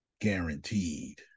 Guaranteed